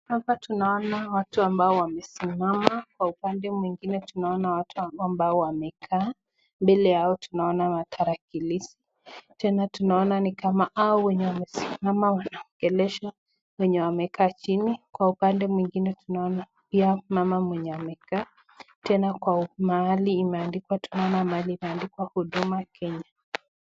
Hapa tunaona watu ambao wamesimama kwa upande mwingine tunaona watu ambao wamekaa. Mbele yao tunaona matarakilishi. Tena tunaona ni kama hao wenye wamesimama wanaongelesha wenye wamekaa chini. Kwa upande mwingine tunaona pia mama mwenye amekaa. Tena kwa mahali imeandikwa tunaona mahali imeandikwa huduma Kenya.